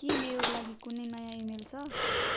के मेरो लागि कुनै नयाँ इमेल छ